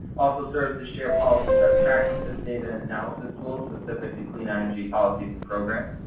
also, serve the share policy best practices, data, and analysis tools specific to clean energy policies and programs.